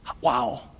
wow